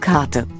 Karte